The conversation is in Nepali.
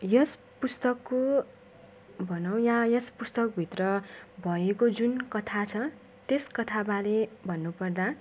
यस पुस्तकको भनौँ या यस पुस्तकभित्र भएको जुन कथा छ त्यस कथाबारे भन्नु पर्दा